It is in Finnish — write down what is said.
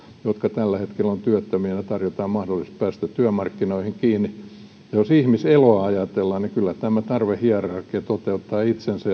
jotka tällä hetkellä ovat työttöminä tarjotaan mahdollisuus päästä työmarkkinoihin kiinni jos ihmiseloa ajatellaan niin kyllä tämä tarvehierarkia toteuttaa itseänsä